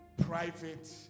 private